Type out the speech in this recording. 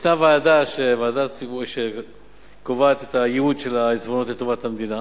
ישנה ועדה שקובעת את הייעוד של העיזבונות לטובת המדינה,